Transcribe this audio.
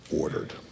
ordered